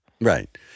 right